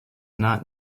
not